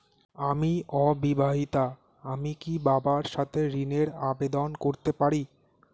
আমি অবিবাহিতা আমি কি বাবার সাথে ঋণের আবেদন করতে পারি?